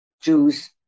Jews